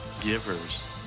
givers